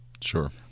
Sure